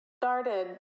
started